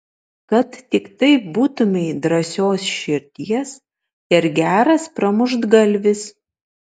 kad tiktai būtumei drąsios širdies ir geras pramuštgalvis